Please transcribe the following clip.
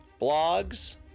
blogs